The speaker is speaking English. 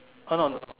oh no no no